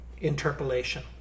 interpolation